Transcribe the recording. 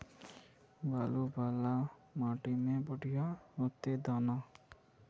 बालू वाला माटी में बढ़िया होते दाना?